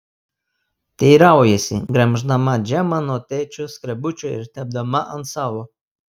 teiraujasi gremždama džemą nuo tėčio skrebučio ir tepdama ant savo